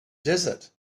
desert